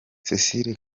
cecile